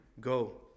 Go